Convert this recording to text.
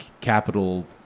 capital